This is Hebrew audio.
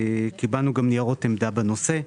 וקיבלנו ניירות עמדה בנושא.